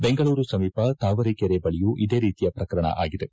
ಬೆಂಗಳೂರು ಸಮೀಪ ತಾವರೆಕೆರೆ ಬಳಿಯೂ ಇದೇ ರೀತಿಯ ಪ್ರಕರಣ ಆಗಿದೆ